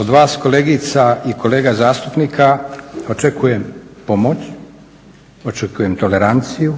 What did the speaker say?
Od vas kolegica i kolega zastupnika očekujem pomoć, očekujem toleranciju,